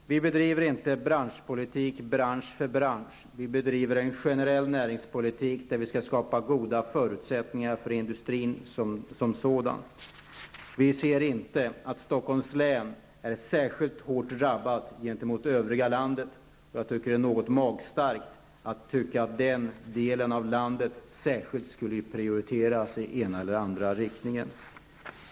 Fru talman! Vi bedriver inte branschpolitik bransch för bransch. Vi bedriver en generell näringspolitik, där vi skall skapa goda förutsättningar för industrin som sådan. Vi ser inte att Stockholms län är särskilt hårt drabbat gentemot övriga landet, och det är något magstarkt att tycka att den delen av landet särskilt skulle prioriteras i den ena eller andra riktningen.